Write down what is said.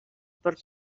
per